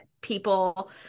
people